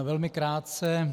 Velmi krátce.